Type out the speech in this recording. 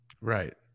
right